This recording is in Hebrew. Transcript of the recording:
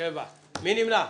מי נמנע?